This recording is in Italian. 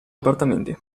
appartamenti